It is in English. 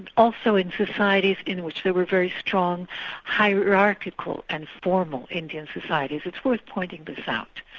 also in societies in which there were very strong hierarchical and formal indian societies. it's worth pointing this out.